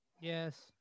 Yes